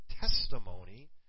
testimony